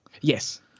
Yes